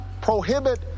prohibit